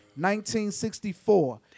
1964